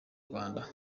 rwanda